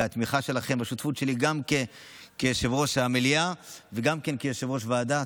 והתמיכה שלכם בשותפות שלי גם כיושב-ראש המליאה וגם כיושב-ראש ועדה,